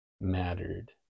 mattered